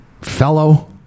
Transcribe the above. fellow